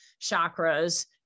chakras